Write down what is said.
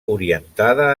orientada